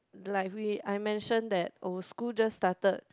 like we I mentioned that oh school just started